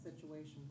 situation